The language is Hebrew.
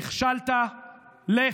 נכשלת, לך.